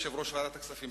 יושב-ראש ועדת הכספים,